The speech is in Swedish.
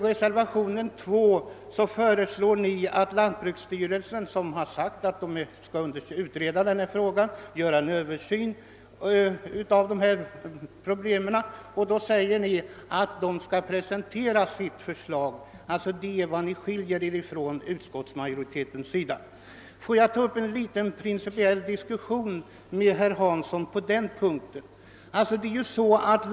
I reservationen 2 uttalas att lantbruksstyrelsen vid sin översyn bör utarbeta ett förslag om utbildningen på detta område. Jag vill ta upp en liten principiell diskussion med herr Hansson på den senare punkten.